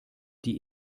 die